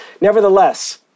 Nevertheless